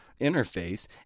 interface